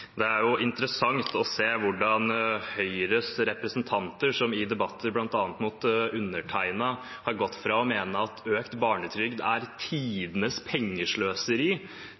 Det er interessant å se hvordan Høyres representanter, som i debatter bl.a. mot undertegnede, har gått fra å mene at økt barnetrygd er tidenes pengesløseri,